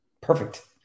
perfect